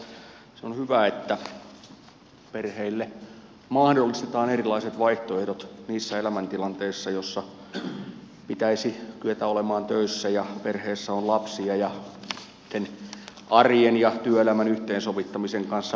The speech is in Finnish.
se on hyvä että perheille mahdollistetaan erilaiset vaihtoehdot niissä elämäntilanteissa joissa pitäisi kyetä olemaan töissä ja perheessä on lapsia ja arjen ja työelämän yhteensovittamisen kanssa painiskellaan